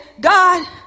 God